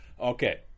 Okay